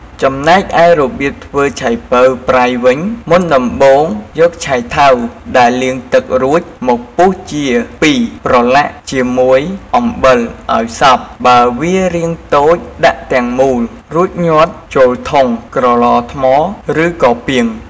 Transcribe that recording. ចំណែកឯរបៀបធ្វើឆៃប៉ូវប្រៃវិញ មុនដំបូងយកឆៃថាវដែលលាងទឹករួចមកពុះជាពីរប្រឡាក់ជាមួយអំបិលឱ្យសព្វ បើវារាងតូចដាក់ទាំងមូលរួចញាត់ចូលធុង ក្រឡថ្ម ឬក៏ពាង។